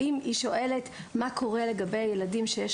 האם היא שואלת מה קורה לגבי ילדים שיש